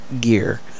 gear